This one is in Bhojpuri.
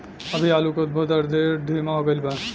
अभी आलू के उद्भव दर ढेर धीमा हो गईल बा